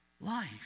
life